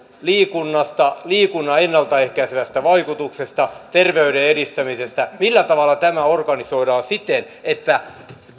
liikunnasta liikunnan ennalta ehkäisevästä vaikutuksesta terveyden edistämisestä millä tavalla tämä organisoidaan siten että